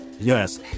Yes